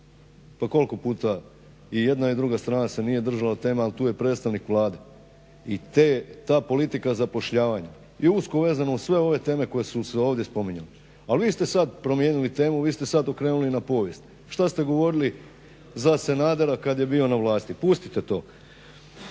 Pa koliko puta i jedna i druga strana se nije držala tema ali tu je predstavnik Vlade i ta politika zapošljavanja je usko vezana uz sve ove teme koje su se ovdje spominjale. Ali vi ste sad promijenili temu, vi ste sad okrenuli na povijest što ste govorili za Sanadera kad je bio na vlasti. Pustite to.